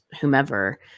whomever